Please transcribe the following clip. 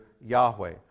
Yahweh